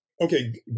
Okay